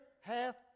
hath